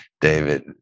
David